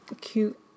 cute